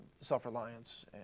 self-reliance